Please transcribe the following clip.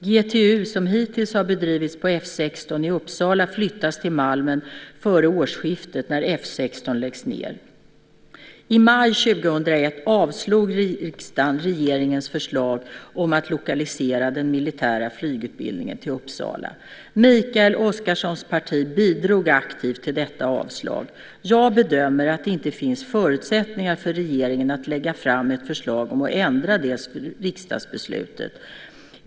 GTU, som hittills har bedrivits på F 16 i Uppsala, flyttas till Malmen före årsskiftet när F 16 läggs ned. I maj 2001 avslog riksdagen regeringens förslag om att lokalisera den militära flygutbildningen till Uppsala. Mikael Oscarssons parti bidrog aktivt till detta avslag. Jag bedömer att det inte finns förutsättningar för regeringen att lägga fram ett förslag om att ändra det riksdagsbeslutet.